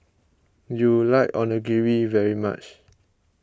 you like Onigiri very much